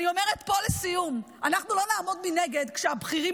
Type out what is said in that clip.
אני אומרת פה לסיום: אנחנו לא נעמוד מנגד כשהבכירים